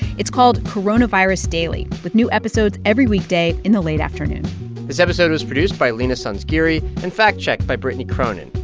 it's called coronavirus daily, with new episodes every weekday in the late afternoon this episode was produced by leena sanzgiri and fact-checked by brittany cronin.